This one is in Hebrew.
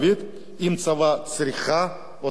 אם הצבא צריך אותם או לא.